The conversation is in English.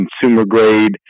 consumer-grade